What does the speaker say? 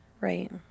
Right